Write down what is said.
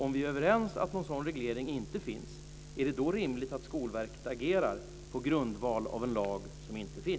Om vi är överens om att en sådan reglering inte finns, är det då rimligt att Skolverket agerar på grundval av en lag som inte finns?